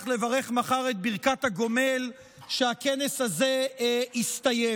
לברך מחר את ברכת הגומל על שהכנס הזה הסתיים.